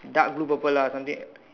dark blue purple lah something